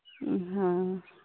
हाँ